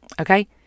okay